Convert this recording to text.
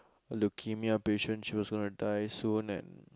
a leukemia patient she was gonna die soon and